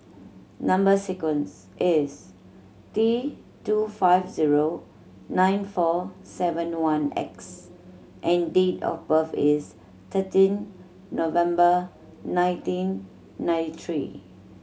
number sequence is T two five zero nine four seven one X and date of birth is thirteen November nineteen ninety three